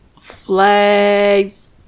flags